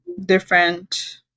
different